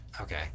Okay